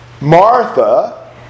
Martha